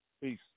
Peace